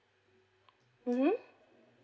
mmhmm